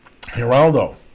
Geraldo